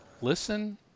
listen